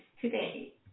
today